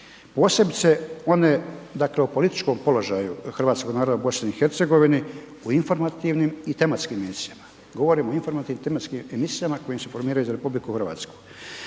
posebice one dakle o političkom položaju hrvatskog naroda u BiH u informativnim i tematskim emisijama, govorimo o informativnim i tematskim emisijama kojim se informiraju i za RH. Često